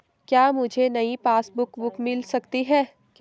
क्या मुझे नयी पासबुक बुक मिल सकती है?